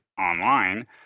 online